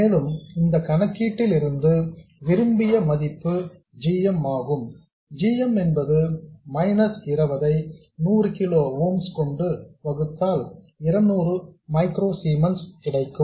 மேலும் இந்த கணக்கீட்டில் இருந்து விரும்பிய மதிப்பு gm ஆகும் g m என்பது மைனஸ் 20 ஐ 100 கிலோ ஓம்ஸ் கொண்டு வகுத்தால் 200 மைக்ரோ சீமன்ஸ் கிடைக்கும்